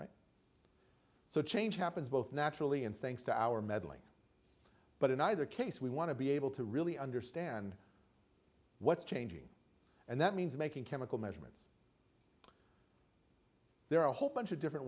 s so change happens both naturally and thanks to our meddling but in either case we want to be able to really understand what's changing and that means making chemical measurements there are a whole bunch of different